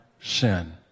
sin